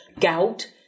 gout